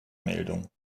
meldung